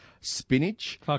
spinach